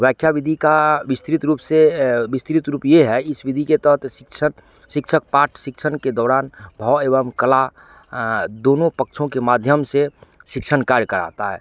व्याख्या विधी का विस्तृत रूप से विस्तृत रूप यह है इस विधी के तौर पर शिक्षक शिक्षक पाठ शिक्षण के दौरान भाव एवं कला दोनों पक्षों के माध्यम से शिक्षण कार्य कराता है